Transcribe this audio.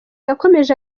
yakomeje